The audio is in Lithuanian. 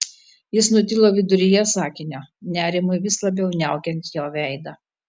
jis nutilo viduryje sakinio nerimui vis labiau niaukiant jo veidą